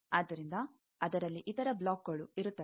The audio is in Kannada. ಆದ್ದರಿಂದ ಅದರಲ್ಲಿ ಇತರ ಬ್ಲಾಕ್ಗಳು ಇರುತ್ತವೆ